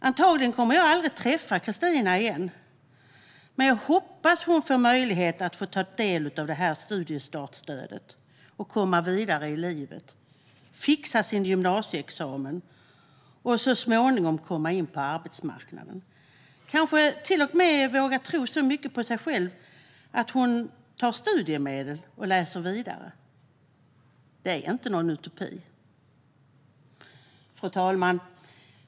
Antagligen kommer jag aldrig att träffa Kristina igen, men jag hoppas att hon får möjlighet att ta del av studiestartsstödet och komma vidare i livet, fixa sin gymnasieexamen och så småningom komma in på arbetsmarknaden. Kanske hon till och med vågar tro så mycket på sig själv att hon tar studiemedel och läser vidare. Det är ingen utopi. Fru talman!